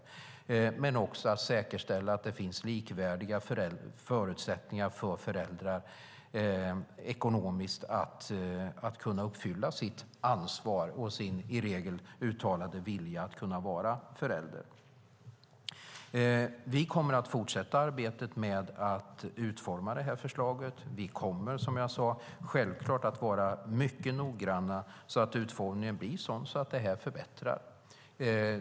Men det gäller också att säkerställa att det finns likvärdiga förutsättningar för föräldrar ekonomiskt att uppfylla sitt ansvar och sin i regel uttalade vilja att vara förälder. Vi kommer att fortsätta arbetet med att utforma förslaget. Som jag sade kommer vi självklart att vara mycket noggranna, så att utformningen blir sådan att den förbättrar.